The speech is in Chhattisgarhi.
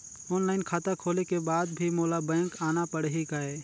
ऑनलाइन खाता खोले के बाद भी मोला बैंक आना पड़ही काय?